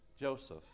Joseph